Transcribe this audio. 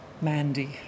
Mandy